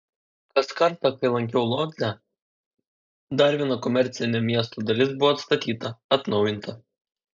kas kartą kai lankiau lodzę dar viena komercinė miesto dalis buvo atstatyta atnaujinta